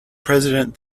president